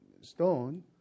stone